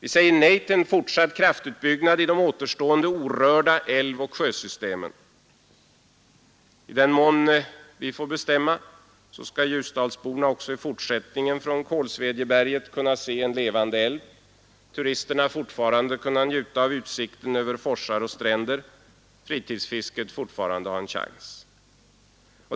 Vi säger nej till en fortsatt kraftutbyggnad i de återstående orörda älvoch sjösystemen. I den mån vi får bestämma skall Ljusdalsborna även i fortsättningen från Kolsvedjeberget kunna se en levande älv, turisterna fortfarande kunna njuta av utsikten över forsar och stränder, fritidsfisket fortfarande ha en chans.